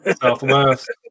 Southwest